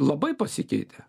labai pasikeitė